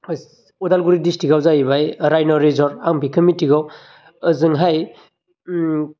अदालगुरि द्रिस्टिगाव जाहैबाय राइन' रिजद आं बेखौ मिथिगौ ओजोंहाय